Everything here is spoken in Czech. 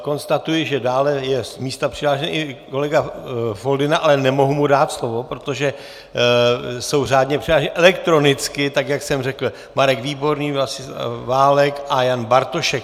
Konstatuji, že dále je z místa přihlášen kolega Foldyna, ale nemohu mu dát slovo, protože jsou řádně přihlášeni elektronicky, tak jak jsem řekl, Marek Výborný, Vlastimil Válek a Jan Bartošek.